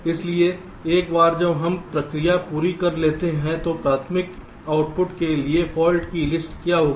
इसलिए एक बार जब हम प्रक्रिया पूरी कर लेते हैं तो प्राथमिक आउटपुट के लिए फाल्ट की लिस्ट क्या होगी